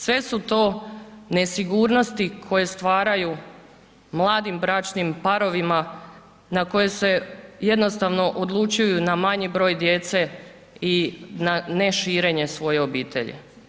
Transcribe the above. Sve su to nesigurnosti koje stvaraju mladim bračnim parovima koji se jednostavno odlučuju na manji broj djece i na ne širenje svoje obitelji.